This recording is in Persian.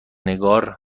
نگار